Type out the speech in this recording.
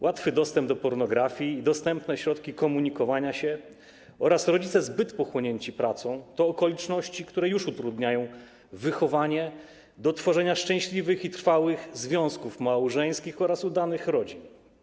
Łatwy dostęp do pornografii, dostępne środki komunikowania się oraz rodzice zbyt pochłonięci pracą to okoliczności, które już utrudniają wychowanie do tworzenia szczęśliwych i trwałych związków małżeńskich oraz udanych rodzin.